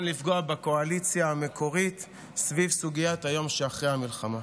לפגוע בקואליציה המקורית סביב סוגיית היום שאחרי המלחמה.